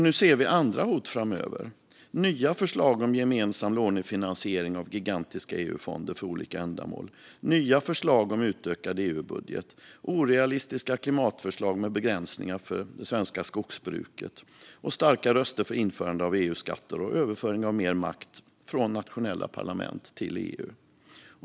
Nu ser vi andra hot framöver, nya förslag om gemensam lånefinansiering av gigantiska EU-fonder för olika ändamål, nya förslag om utökad EU-budget, orealistiska klimatförslag med begränsningar för det svenska skogsbruket och starka röster för införande av EU-skatter och överföring av mer makt från nationella parlament till EU.